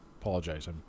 Apologize